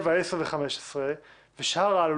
את העתירה הראשונה בזמן מטעמו של יוסף סולומון שהוא כאן לידי.